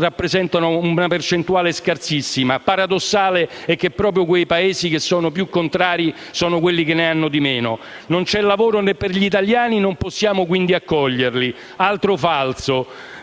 rappresentano una percentuale scarsissima. Paradossalmente, proprio i Paesi più contrari sono quelli che ne hanno di meno. «Non c'è lavoro neanche per gli italiani. Non possiamo quindi accoglierli»: altro falso,